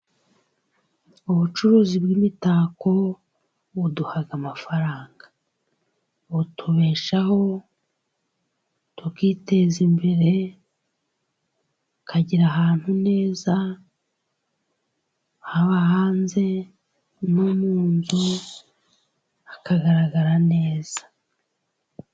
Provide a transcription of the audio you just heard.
Ubucuruzi bw'imitako buduha amafaranga, butubeshaho tukiteza imbere, tukagira ahantu neza haba hanze, no mu nzu hakagaragara neza.